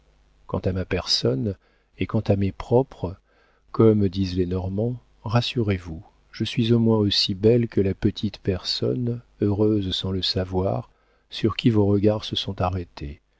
quant à ma personne et quant à mes propres comme disent les normands rassurez-vous je suis au moins aussi belle que la petite personne heureuse sans le savoir sur qui vos regards se sont arrêtés